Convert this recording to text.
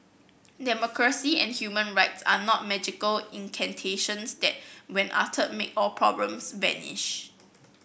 democracy and human rights are not magical incantations that when uttered make all problems vanish